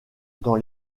dans